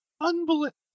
Unbelievable